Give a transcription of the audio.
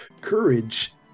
Courage